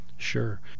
Sure